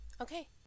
Okay